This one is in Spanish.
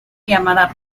llamada